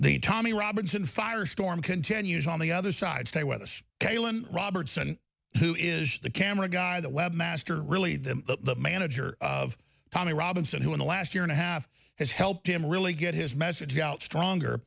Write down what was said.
the tommy robinson firestorm continues on the other side stay with us kalen robertson who is the camera guy the webmaster really the manager of tommy robinson who in the last year and a half has helped him really get his message out stronger